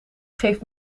geeft